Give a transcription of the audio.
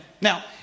Now